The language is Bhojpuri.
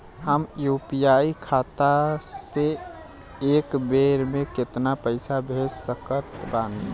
हम यू.पी.आई खाता से एक बेर म केतना पइसा भेज सकऽ तानि?